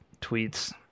tweets